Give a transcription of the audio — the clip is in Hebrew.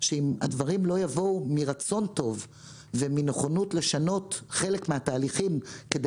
שאם הדברים לא יבואו מרצון טוב ומנכונות לשנות חלק מהתהליכים כדי